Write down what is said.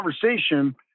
conversation